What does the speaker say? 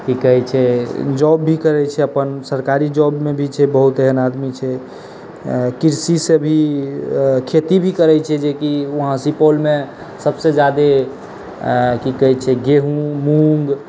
कि कहै छै जॉब भी करै छै अपन सरकारी जॉबमे भी छै बहुत एहन आदमी छै कृषिसँ भी खेती भी करै छै कि वहाँ सुपौलमे सबसँ ज्यादे कि कहै छै गहूम मूँग